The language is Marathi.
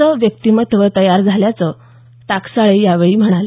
चं व्यक्तिमत्व तयार झाल्याचं टाकसाळे यावेळी म्हणाले